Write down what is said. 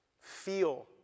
feel